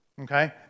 Okay